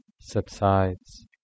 subsides